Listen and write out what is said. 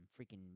freaking